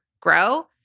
grow